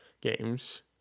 games